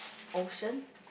ocean